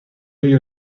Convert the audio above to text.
you